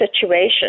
situation